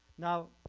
now